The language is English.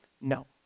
No